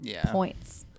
points